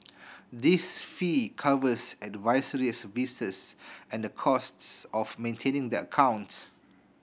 this fee covers advisory services and the costs of maintaining the account